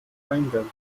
kleingeld